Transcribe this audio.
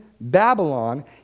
Babylon